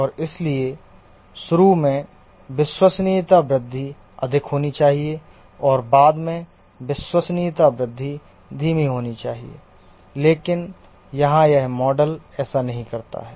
और इसलिए शुरू में विश्वसनीयता वृद्धि अधिक होनी चाहिए और बाद में विश्वसनीयता वृद्धि धीमी होनी चाहिए लेकिन यहां यह मॉडल ऐसा नहीं करता है